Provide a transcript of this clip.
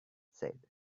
said